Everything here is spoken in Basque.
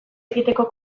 egiteko